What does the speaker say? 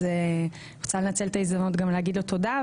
אז אני רוצה לנצל את ההזדמנות להגיד לו תודה,